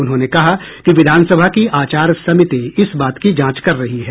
उन्होंने कहा कि विधानसभा की आचार समिति इस बात की जांच कर रही है